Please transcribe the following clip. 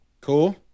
Cool